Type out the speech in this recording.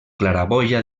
claraboia